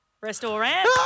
Restaurant